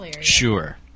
Sure